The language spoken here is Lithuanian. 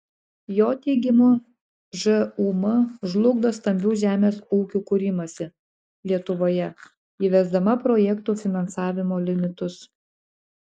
jo teigimu žūm žlugdo stambių žemės ūkių kūrimąsi lietuvoje įvesdama projektų finansavimo limitus